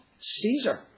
Caesar